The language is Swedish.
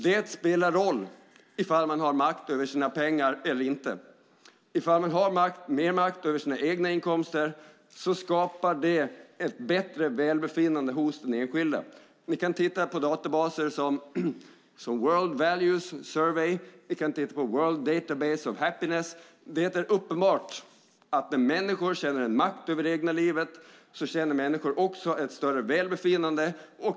Det spelar roll om man har makt över sina pengar eller inte. Om man har mer makt över sina egna inkomster skapar det ett bättre välbefinnande hos den enskilde. Ni kan titta på databaser som World Values Survey eller World Database of Happiness. Det är uppenbart att när människor känner en makt över det egna livet känner de också ett större välbefinnande.